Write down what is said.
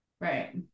Right